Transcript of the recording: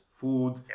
food